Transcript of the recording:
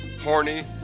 horny